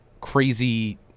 crazy